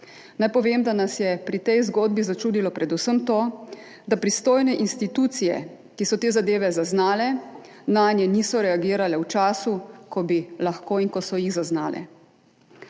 Naj povem, da nas je pri tej zgodbi začudilo predvsem to, da pristojne institucije, ki so te zadeve zaznale, nanje niso reagirale v času, ko bi lahko in ko so jih zaznale.